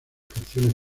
canciones